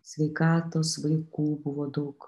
sveikatos vaikų buvo daug